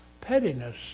pettiness